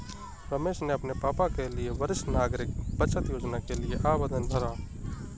रमेश ने अपने पापा के लिए वरिष्ठ नागरिक बचत योजना के लिए आवेदन भरा